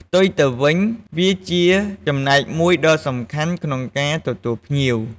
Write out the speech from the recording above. ផ្ទុយទៅវិញ វាជាចំណែកមួយដ៏សំខាន់ក្នុងការទទួលភ្ញៀវ។